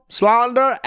slander